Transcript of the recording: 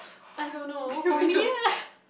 I don't know for me